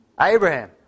Abraham